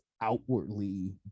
outwardly